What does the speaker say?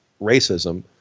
racism